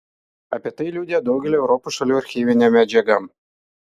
apie tai liudija daugelio europos šalių archyvinė medžiaga